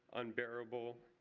unbearable.